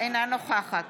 אינה נוכחת